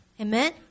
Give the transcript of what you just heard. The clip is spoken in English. Amen